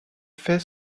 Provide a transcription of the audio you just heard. faits